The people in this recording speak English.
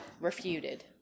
refuted